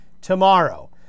tomorrow